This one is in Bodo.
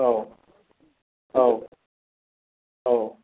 औ औ औ